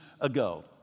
ago